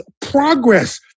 progress